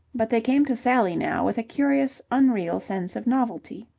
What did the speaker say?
but they came to sally now with a curious, unreal sense of novelty.